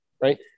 Right